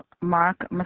Mark